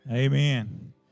Amen